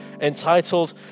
Entitled